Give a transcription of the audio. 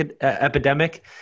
epidemic